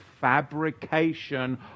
fabrication